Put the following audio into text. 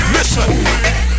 Listen